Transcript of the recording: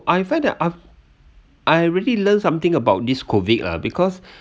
I felt that I've I really learn something about this COVID lah because